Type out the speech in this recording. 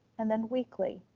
and then weekly,